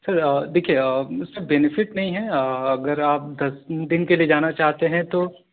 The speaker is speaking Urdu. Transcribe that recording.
سر آ دیکھیے آ سر بینیفٹ نہیں ہے آ اگر آپ دس دِن کے لیے جانا چاہتے ہیں تو